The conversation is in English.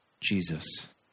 Jesus